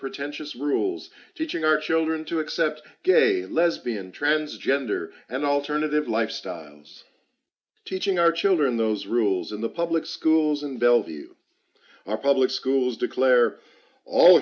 pretentious rules teaching our children to accept gay lesbian transgender and alternative lifestyles teaching our children those rules in the public schools in bellevue our public schools declare all